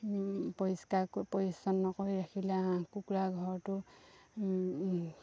পৰিষ্কাৰ পৰিচ্ছন্ন কৰি ৰাখিলে হাঁহ কুকুৰা ঘৰটো